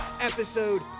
episode